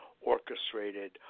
orchestrated